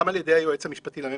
גם על ידי היועץ המשפטי לממשלה.